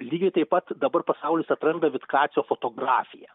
lygiai taip pat dabar pasaulis atranda vitkacio fotografiją